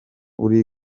uri